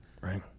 Right